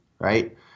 right